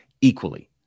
equally